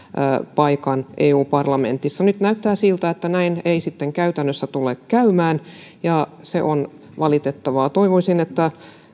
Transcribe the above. paikan eu parlamentissa nyt näyttää siltä että näin ei käytännössä tule käymään se on valitettavaa toivoisin että